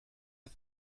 are